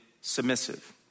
submissive